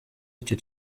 icyo